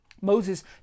Moses